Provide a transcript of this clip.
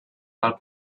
del